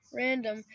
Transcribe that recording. random